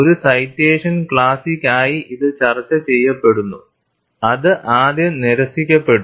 ഒരു citation classic ആയി ഇത് ചർച്ച ചെയ്യപ്പെടുന്നു അത് ആദ്യം നിരസിക്കപ്പെട്ടു